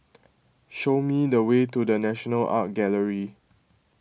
show me the way to the National Art Gallery